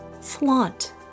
Flaunt